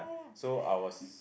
ya so I was